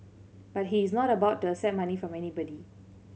but he is not about to accept money from anybody